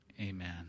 Amen